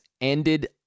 ended